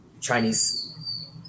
Chinese –